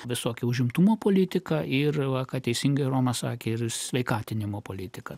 visokią užimtumo politiką ir va kad teisingai romas sakė ir sveikatinimo politiką